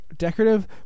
Decorative